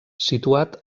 situat